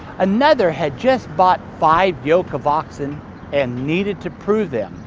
another had just bought five yoke of oxen and needed to prove them.